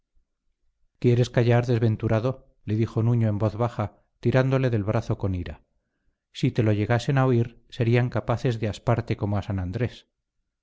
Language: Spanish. quieres callar desventurado le dijo nuño en voz baja tirándole del brazo con ira si te lo llegasen a oír serían capaces de asparte como a san andrés